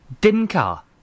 dinka